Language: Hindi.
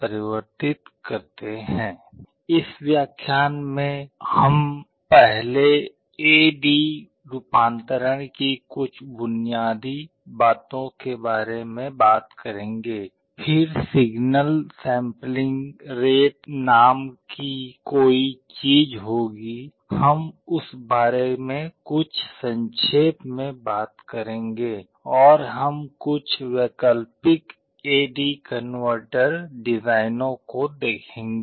संदर्भ स्लाइड समय 0042 इस व्याख्यान में हम पहले ए डी रूपांतरण की कुछ बुनियादी बातों के बारे में बात करेंगे फिर सिग्नल सैम्पलिंग रेट नाम की कोई चीज होगी हम उस बारे में बहुत संक्षेप में बात करेंगे और हम कुछ वैकल्पिक ए डी कनवर्टर डिज़ाइनों को देखेंगे